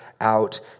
out